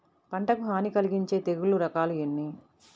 పంటకు హాని కలిగించే తెగుళ్ల రకాలు ఎన్ని?